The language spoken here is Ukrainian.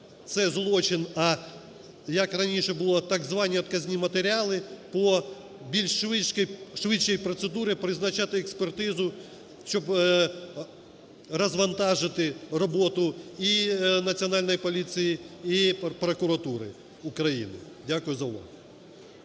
це злочин, а, як раніше було, так звані отказні матеріали по більш швидшій процедурі призначати експертизу, щоб розвантажити роботу і Національної поліції, і прокуратури України. Дякую за увагу.